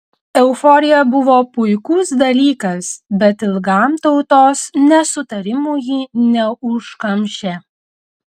euforija buvo puikus dalykas bet ilgam tautos nesutarimų ji neužkamšė